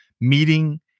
meeting